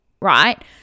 right